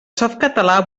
softcatalà